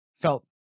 felt